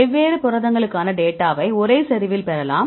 வெவ்வேறு புரதங்களுக்கான டேட்டாவை ஒரே செறிவில் பெறலாம்